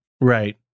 right